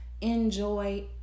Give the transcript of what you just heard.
enjoy